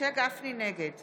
נגד